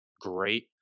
great